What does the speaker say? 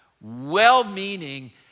well-meaning